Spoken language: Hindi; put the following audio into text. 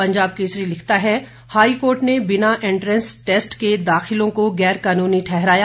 पंजाब केसरी लिखता है हाईकोर्ट ने बिना एंन्ट्रैस टैस्ट के दाखिलों को गैरकानूनी ठहराया